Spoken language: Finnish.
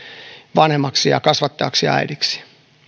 vanhemmaksi ja kasvattajaksi ja äidiksi